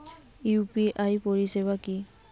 UPI পরিসেবা কি?